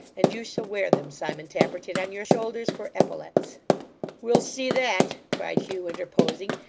and you shall wear them, simon tappertit, on your shoulders for epaulettes we'll see that cried hugh, interposing,